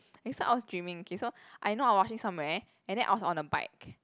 and so I was dreaming okay so I know I was rushing somewhere and then I was on a bike